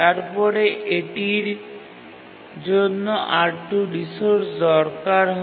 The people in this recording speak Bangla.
তারপরে এটির জন্য R2 রিসোর্স দরকার হয়